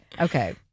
Okay